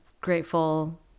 grateful